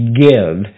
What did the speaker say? give